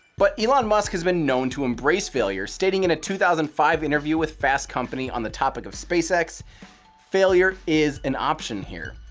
but elon musk has been known to embrace failure stating in a two thousand and five interview with fast company on the topic of spacex failure is an option here.